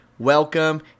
Welcome